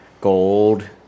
Gold